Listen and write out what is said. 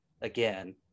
again